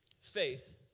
faith